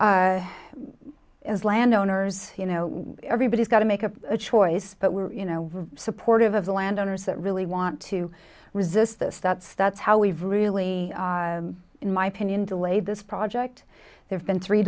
as landowners you know everybody's got to make a choice but we're you know supportive of the landowners that really want to resist this that starts how we've really in my opinion delayed this project there's been three